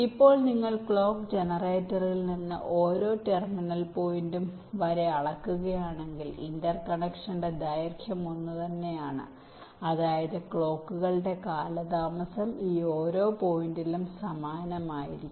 ഇപ്പോൾ നിങ്ങൾ ക്ലോക്ക് ജനറേറ്ററിൽ നിന്ന് ഓരോ ടെർമിനൽ പോയിന്റും വരെ അളക്കുകയാണെങ്കിൽ ഇന്റർ കണക്ഷന്റെ ദൈർഘ്യം ഒന്നുതന്നെയാണ് അതായത് ക്ലോക്കുകളുടെ കാലതാമസം ഈ ഓരോ പോയിന്റിലും സമാനമായിരിക്കും